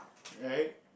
right